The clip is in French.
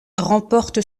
remporte